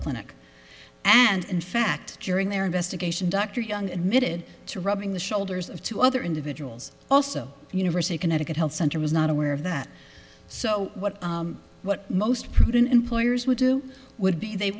clinic and in fact during their investigation dr young admitted to robbing the shoulders of two other individuals also university of connecticut health center was not aware of that so what what most prudent employers would do would be they